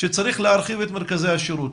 שצריך להרחיב את מרכזי השירות,